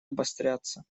обостряться